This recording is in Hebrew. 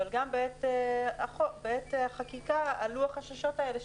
אבל גם בעת החקיקה עלו החששות האלה,